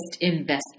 investment